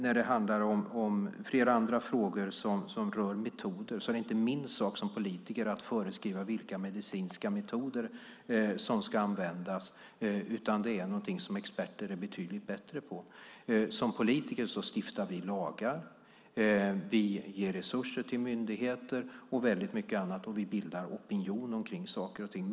När det handlar om flera andra frågor som rör metoder är det inte min sak som politiker att föreskriva vilka medicinska metoder som ska användas, utan det är någonting som experter är betydligt bättre på. Som politiker stiftar vi lagar, vi ger resurser till myndigheter och vi bildar opinion kring saker och ting.